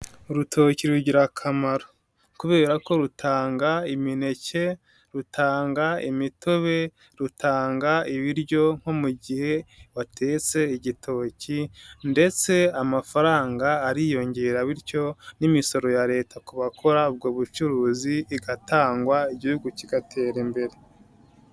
Urutoki rugira akamaro kubera ko rutanga imineke, rutanga imitobe, rutanga ibiryo nko mu gihe watetse igitoki ndetse amafaranga ariyongera bityo n'imisoro ya leta ku bakora ubwo bucuruzi igatangwa Igihugu kigatera imbere.